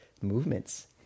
movements